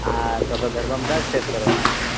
હા તો આપણે ગરબામાં ક્યા સ્ટેપ કરવાના છે